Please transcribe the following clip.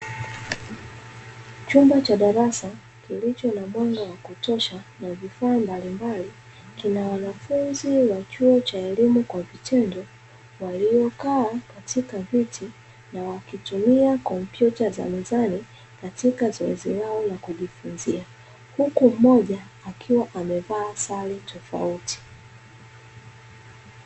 Chumba cha darasa kilicho na mwanga wa kutosha na vifaa mbalimbali, kina wanafunzi wa chuo cha elimu kwa vitendo, waliokaa katika viti na wakitumia kompyuta za mezani katika zoezi lao la kujifunzia, huku mmoja akiwa amevaa sare tofauti.